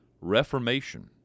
Reformation